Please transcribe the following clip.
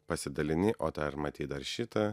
pasidalini o tą ar matei dar šitą